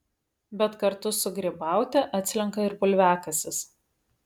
bet kartu su grybaute atslenka ir bulviakasis